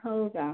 हो का